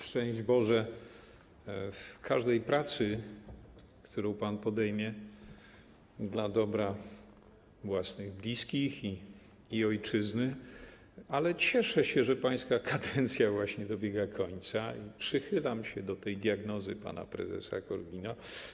Szczęść Boże w każdej pracy, którą pan podejmie dla dobra własnych bliskich i ojczyzny, ale cieszę się, że pańska kadencja właśnie dobiega końca i przychylam się do diagnozy pana prezesa Korwina.